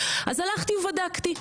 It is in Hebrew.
אז הלכתי ובדקתי,